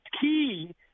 key